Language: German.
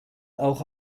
auch